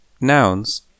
Nouns